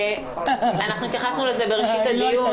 גם התייחסנו לזה בראשית הדיון,